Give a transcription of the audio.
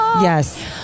Yes